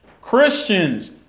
Christians